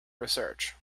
research